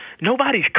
Nobody's